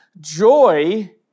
Joy